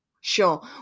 Sure